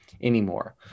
anymore